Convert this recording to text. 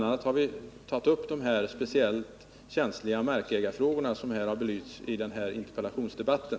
a. har vi tagit upp de speciellt känsliga markägarfrågorna som har belysts i den här interpellationsdebatten.